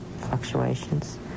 fluctuations